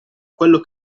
quello